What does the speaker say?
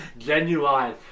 Genuine